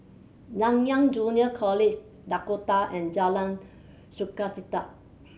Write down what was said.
Nanyang Junior College Dakota and Jalan Sukachita